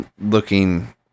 looking